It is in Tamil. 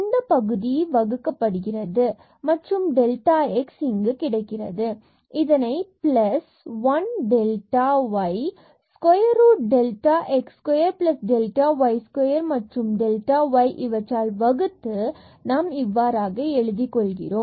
இந்த பகுதியில் டெல்டா x வகுக்கப்படுகிறது ஆகும் இங்கு இதனை plus 1 delta y square root delta x square plus delta y square and delta y இவற்றால் வகுத்து நாம் இவ்வாறாக எழுதி கொள்கிறோம்